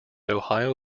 ohio